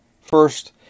First